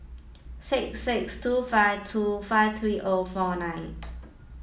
six six two five two five three O four nine